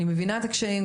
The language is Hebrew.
אני מבינה את הקשיים,